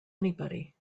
anybody